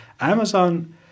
Amazon